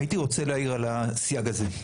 הייתי רוצה להעיר על הסייג הזה.